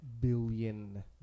billion